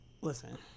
Listen